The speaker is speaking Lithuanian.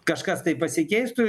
kažkas tai pasikeistų